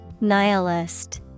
Nihilist